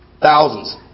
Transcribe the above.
Thousands